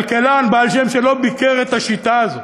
כלכלן בעל שם שלא ביקר את השיטה הזאת.